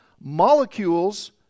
molecules